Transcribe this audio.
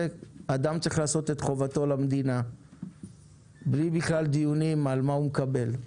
אדם צריך לעשות את חובתו למדינה בלי בכלל דיונים על מה הוא מקבל.